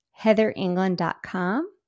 heatherengland.com